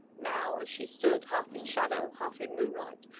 now, as she stood, half in shadow, half in moonlight,